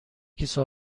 کیسه